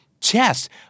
Chest